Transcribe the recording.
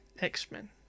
X-Men